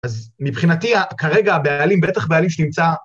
אז מבחינתי כרגע הבעלים, בטח הבעלים שנמצא...